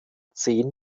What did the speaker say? zehn